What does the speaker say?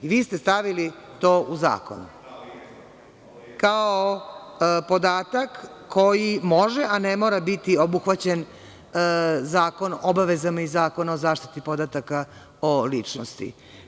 Vi ste stavili to u zakon kao podatak koji može, a ne mora biti obuhvaćen obavezama iz Zakona o zaštiti podataka o ličnosti.